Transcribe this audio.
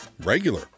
regular